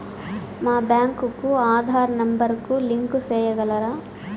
మా బ్యాంకు కు ఆధార్ నెంబర్ కు లింకు సేయగలరా?